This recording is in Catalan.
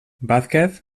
vázquez